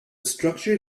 structure